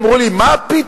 אמרו לי: מה פתאום?